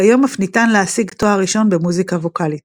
כיום אף ניתן להשיג תואר ראשון במוזיקה ווקלית.